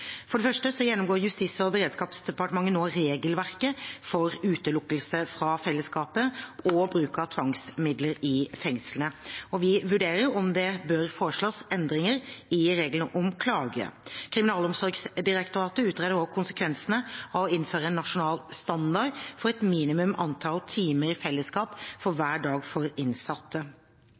For det første gjennomgår Justis- og beredskapsdepartementet nå regelverket for utelukkelse fra fellesskapet og bruk av tvangsmidler i fengslene, og vi vurderer om det bør foreslås endringer i reglene om klage. Kriminalomsorgsdirektoratet utreder også konsekvensene av å innføre en nasjonal standard for et minimum antall timer i fellesskap hver dag for innsatte.